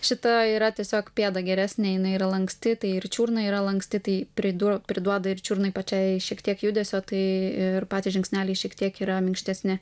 šito yra tiesiog pėda geresnė jinai yra lanksti tai ir čiurna yra lanksti tai priduo priduoda ir čiurnai pačiai šiek tiek judesio tai ir patys žingsneliai šiek tiek yra minkštesni